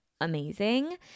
amazing